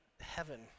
heaven